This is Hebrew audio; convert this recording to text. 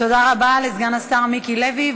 תודה רבה לסגן השר מיקי לוי.